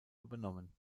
übernommen